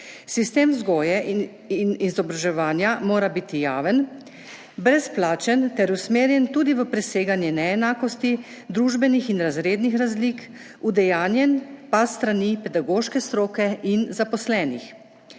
Sistem vzgoje in izobraževanja mora biti javen, brezplačen ter usmerjen tudi v preseganje neenakosti, družbenih in razrednih razlik, udejanjen pa s strani pedagoške stroke in zaposlenih.